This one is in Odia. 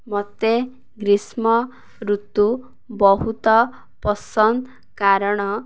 ମୋତେ ଗ୍ରୀଷ୍ମଋତୁ ବହୁତ ପସନ୍ଦ କାରଣ